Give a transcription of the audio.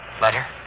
Letter